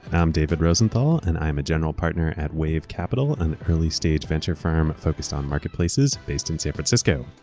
i'm david rosenthal and i am a general partner at wave capital, an early-stage venture firm focused on marketplaces based in san francisco.